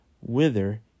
whither